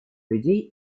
людей